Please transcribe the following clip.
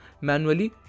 manually